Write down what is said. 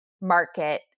market